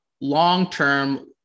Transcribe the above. long-term